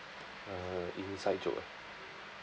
uh inside joke ah